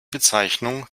bezeichnung